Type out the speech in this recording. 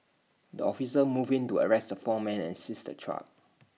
the officers moved in to arrest the four men and seize the truck